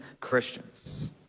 Christians